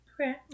okay